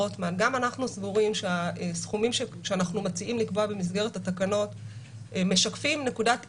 אני קראתי לזה "נקודת איזון",